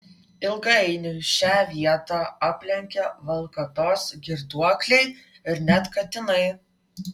ilgainiui šią vietą aplenkia valkatos girtuokliai ir net katinai